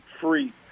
free